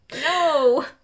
No